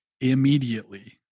immediately